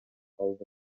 калды